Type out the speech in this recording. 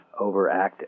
overactive